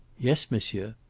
yes, monsieur.